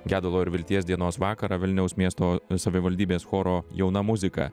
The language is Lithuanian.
gedulo ir vilties dienos vakarą vilniaus miesto savivaldybės choro jauna muzika